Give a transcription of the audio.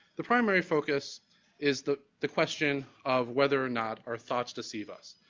the primary focus is the the question of whether or not our thoughts deceive us.